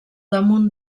damunt